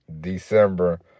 December